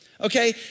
Okay